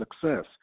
success